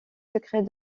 secrets